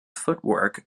footwork